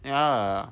ya